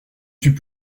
suis